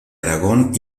aragón